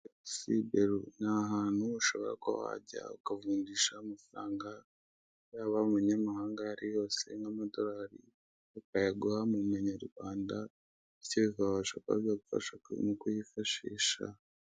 Inyubako ifite inkingi, ikaba isize irangi ry'ubururu. Hariho amagambo yandikishijwe ibara ry'umweru, agaragaza ko hakorerwa imirimo yo kuvunja amafaranga y'amanyamahanga.